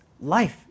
life